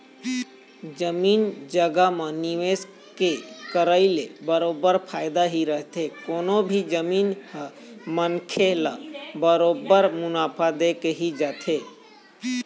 जमीन जघा म निवेश के करई ले बरोबर फायदा ही रहिथे कोनो भी जमीन ह मनखे ल बरोबर मुनाफा देके ही जाथे